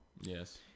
Yes